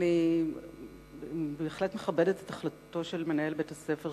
אני בהחלט מכבדת את החלטתו של מנהל בית-הספר